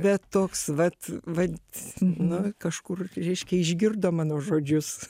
bet toks vat vat nu kažkur reiški išgirdo mano žodžius